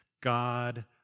God